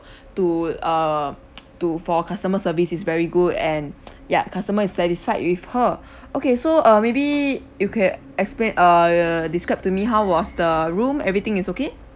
to err to for customer service is very good and ya customer is satisfied with her okay so uh maybe you can explain err describe to me how was the room everything is okay